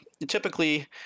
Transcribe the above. Typically